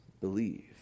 believe